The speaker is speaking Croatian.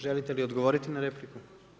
Želite li odgovoriti na repliku?